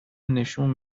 نشون